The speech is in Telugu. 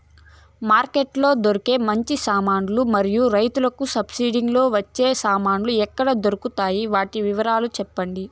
మార్కెట్ లో దొరికే మంచి సామాన్లు మరియు రైతుకు సబ్సిడి వచ్చే సామాన్లు ఎక్కడ దొరుకుతాయి? వాటి వివరాలు సెప్పండి?